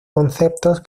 conceptos